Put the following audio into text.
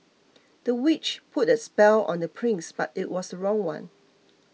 the witch put a spell on the prince but it was wrong one